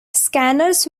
scanners